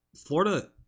Florida